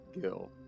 Gill